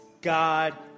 God